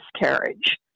miscarriage